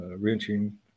wrenching